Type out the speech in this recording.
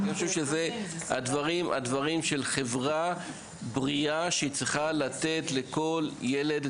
כי אני חושב שזה מה שחברה בריאה צריכה לתת לכל ילד,